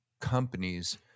companies